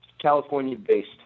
California-based